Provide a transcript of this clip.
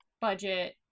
budget